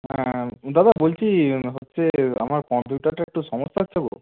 হ্যাঁ দাদা বলছি হচ্ছে আমার কম্পিউটারটা একটু সমস্যা হচ্ছে গো